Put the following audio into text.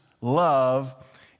love